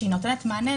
שנותנת מענה,